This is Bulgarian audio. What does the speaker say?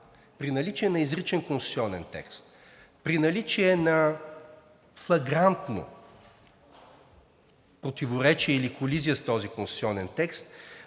при наличие на изричен конституционен текст, при наличие на флагрантно противоречие или колизия с този конституционен текст